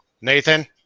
Nathan